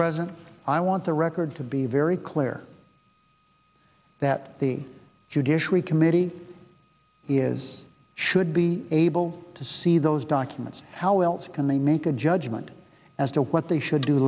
present i want the record to be very clear that the judiciary committee is should be able to see those documents how else can they make a judgment as to what they should do